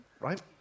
right